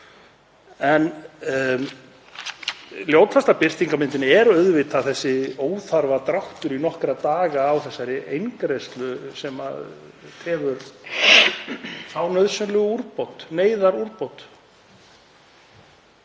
En ljótasta birtingarmyndin er auðvitað sá óþarfadráttur í nokkra daga á þessari eingreiðslu sem tefur þá nauðsynlegu úrbót, neyðarúrbót.